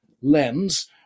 lens